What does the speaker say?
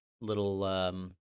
little